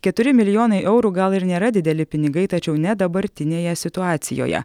keturi milijonai eurų gal ir nėra dideli pinigai tačiau ne dabartinėje situacijoje